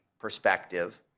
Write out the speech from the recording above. perspective